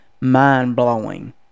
mind-blowing